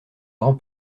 grand